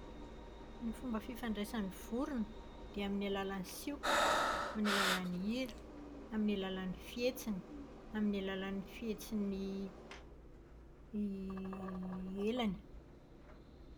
Ny fomba fifandraisan'ny vorona dia amin'ny alalan'ny sioka, amin'ny alalan'ny hira, amin'ny alalan'ny fihetsiny, amin'ny alalan'ny fihetsin'ny elany.